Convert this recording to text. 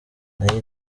nayo